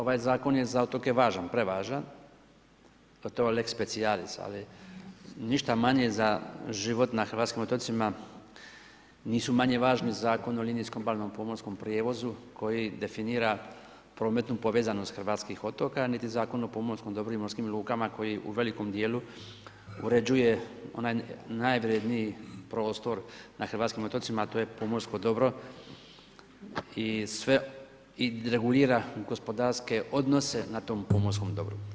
Ovaj zakon je za otoke važan, prevažan, a to je lex specialis ali ništa manje za život na hrvatskim otocima nisu manje važni zakon o linijskom obalnom pomorskom prijevozu koji definira prometni povezanost hrvatskih otoka niti Zakon o pomorskom dobru i morskim lukama koji u velikom djelu uređuje onaj najvrjedniji prostor na hrvatskim otocima a to je pomorsko dobro i regulira gospodarske odnose na tom pomorskom dobru.